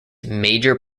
major